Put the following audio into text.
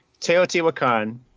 Teotihuacan